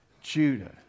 Judah